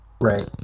right